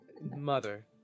Mother